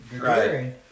Right